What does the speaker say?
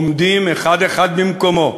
עומדים אחד-אחד במקומו